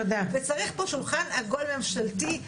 צריך פה שולחן עגול ממשלתי.